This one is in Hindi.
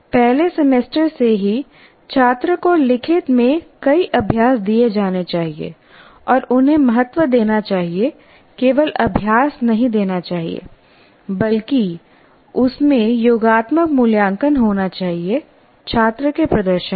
पहले सेमेस्टर से ही छात्र को लिखित में कई अभ्यास दिए जाने चाहिए और उन्हें महत्व देना चाहिए केवल अभ्यास नहीं देना चाहिए बल्कि उसमेंयोगात्मक मूल्यांकन होना चाहिए छात्र के प्रदर्शन का